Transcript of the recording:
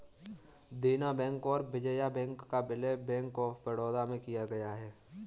देना बैंक और विजया बैंक का विलय बैंक ऑफ बड़ौदा में किया गया है